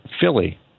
Philly